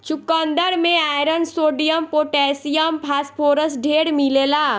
चुकन्दर में iron, sodium, potassium, phosphorus ढेर मिलेला